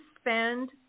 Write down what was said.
spend